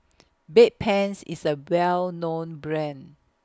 Bedpans IS A Well known Brand